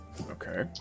Okay